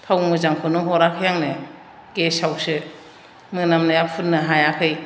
थाव मोजांखौनो हराखै आंनो गेसावसो मोनामनाया फुननो हायाखै